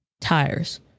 tires